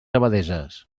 abadesses